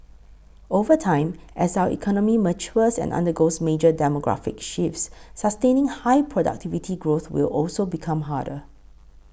over time as our economy matures and undergoes major demographic shifts sustaining high productivity growth will also become harder